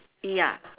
ya